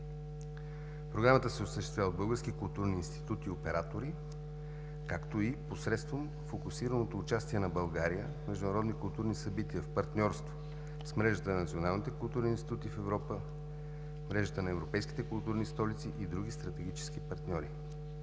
Програмата се осъществява от Българския културен институт и оператори, както и посредством фокусираното участие на България в международни културни събития в партньорство с мрежата на националните културни институти в Европа, мрежата на европейските културни столици и други стратегически партньори.